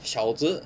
勺子